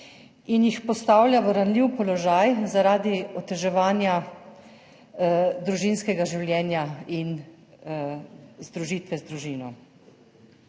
in jih postavlja v ranljiv položaj, zaradi oteževanja družinskega življenja in združitve z družino.